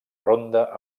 ronda